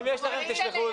אם יש לך, תשלחו לי.